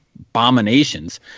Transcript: abominations